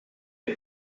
est